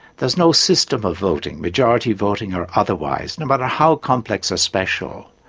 there's no system of voting, majority voting or otherwise, no matter how complex or special,